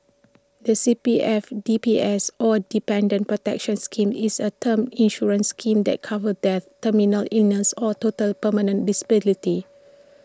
the C P F D P S or Dependants' protection scheme is A term insurance scheme that covers death terminal illness or total permanent disability